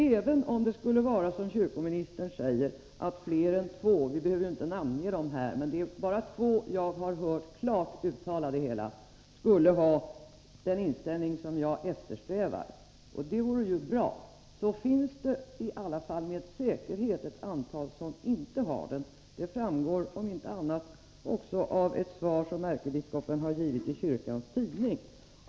Även om det skulle vara som kyrkoministern säger, att fler än två biskopar —- vi behöver inte namnge dem här, men det är bara två som jag har hört klart uttala detta — har den inställning som jag eftersträvar, vilket vore bra, finns det i alla fall med säkerhet ett antal som inte har den. Det framgår om inte annat också av det svar som ärkebiskopen har givit i kyrkans tidning.